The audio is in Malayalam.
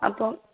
അപ്പം